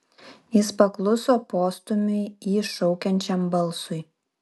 jis pakluso postūmiui jį šaukiančiam balsui